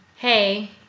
hey